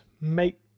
make